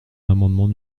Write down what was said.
l’amendement